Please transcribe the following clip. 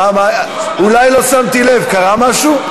אולי לא שמתי לב, קרה משהו?